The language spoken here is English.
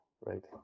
Right